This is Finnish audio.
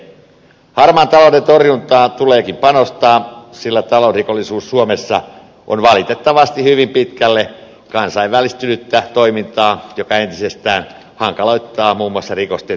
harmaan talouden torjuntaan tuleekin panostaa sillä talousrikollisuus suomessa on valitettavasti hyvin pitkälle kansainvälistynyttä toimintaa joka entisestään hankaloittaa muun muassa rikosten tutkimista